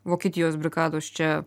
vokietijos brigados čia